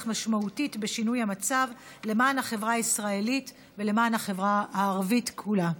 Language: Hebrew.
משמעותית בשינוי המצב למען החברה הישראלית ולמען החברה הערבית כולה.